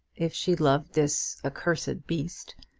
if she loved this accursed beast,